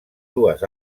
dues